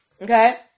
okay